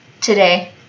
today